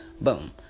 Boom